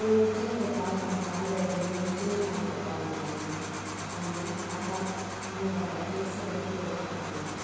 पयलींच्या तेंपार आमकां रेडिओचेर आयकुपा मेळटालें आनी आतां मोबायलाचेर सगलें पळोपाक मेळटा